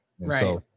right